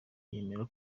yemera